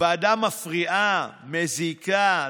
הוועדה מפריעה, מזיקה.